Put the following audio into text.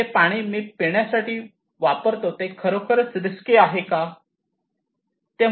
जे पाणी मी पिण्यासाठी वापरतो ते खरोखर रिस्की आहे का